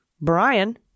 Brian